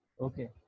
Okay